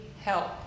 help